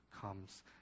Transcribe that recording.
comes